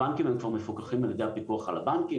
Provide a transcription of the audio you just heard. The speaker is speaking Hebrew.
הבנקים כבר מפוקחים על ידי הפיקוח על הבנקים,